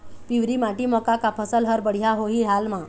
पिवरी माटी म का का फसल हर बढ़िया होही हाल मा?